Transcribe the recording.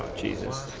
jesus